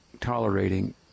tolerating